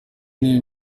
niwe